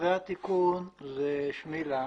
אחרי התיקון זה שמילה,